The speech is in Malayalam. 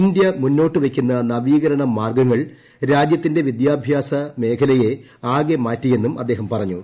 ഇന്ത്യ മുന്നോട്ട് വെയ്ക്കുന്ന നവീകരണ മാർഗ്ഗങ്ങൾ രാജ്യത്തിന്റെ വിദ്യാഭ്യാസ മേഖലയെ ആകെ മാറ്റിയെന്നും അദ്ദേഹം പറഞ്ഞു